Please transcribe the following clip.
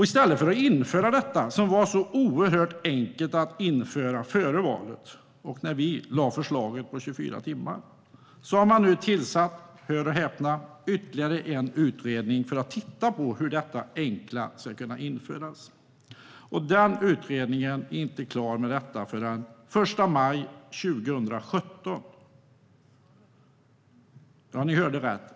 I stället för att införa det som var oerhört enkelt att införa före valet, när vi lade fram förslaget om 24 timmar, har man nu tillsatt - hör och häpna - ytterligare en utredning för att se hur detta enkla ska kunna införas. Den utredningen är inte klar förrän den 1 maj 2017. Ja, ni hörde rätt.